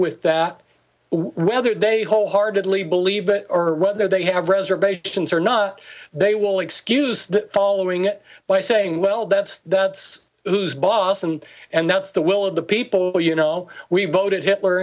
with that whether they wholeheartedly believe it or whether they have reservations or not they will excuse the following it by saying well that's that's who's boss and and that's the will of the people you know we voted hitler